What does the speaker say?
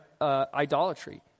idolatry